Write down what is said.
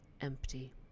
empty